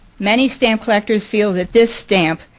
many stamp collectors feel that this stamp,